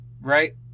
Right